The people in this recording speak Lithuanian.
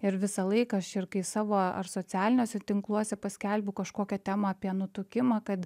ir visą laiką aš ir kai savo aš socialiniuose tinkluose paskelbiu kažkokią temą apie nutukimą kad